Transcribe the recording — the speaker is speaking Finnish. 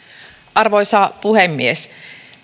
arvoisa puhemies